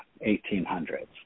1800s